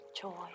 joy